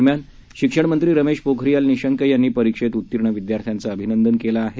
दरम्यान शिक्षणमंत्री रमेश पोखरियाल निशंक यांनी परीक्षेत उत्तीर्ण विद्यार्थ्यांचं अभिनंदन केलं आहे